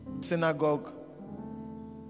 synagogue